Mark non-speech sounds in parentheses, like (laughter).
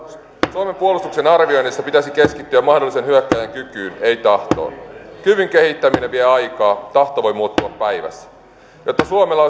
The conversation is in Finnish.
suomen puolustuksen arvioinnissa pitäisi keskittyä mahdollisen hyökkääjän kykyyn ei tahtoon kyvyn kehittäminen vie aikaa tahto voi muuttua päivässä jotta suomella (unintelligible)